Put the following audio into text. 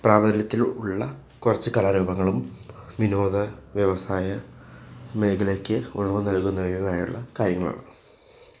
പ്രാബല്യത്തിൽ ഉള്ള കുറച്ച് കലാരൂപങ്ങളും വിനോദ വ്യവസായ മേഖലയ്ക്ക് ഉണർവ് നൽകുന്നവയും ആയുള്ള കാര്യങ്ങളാണ്